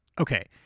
okay